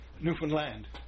Newfoundland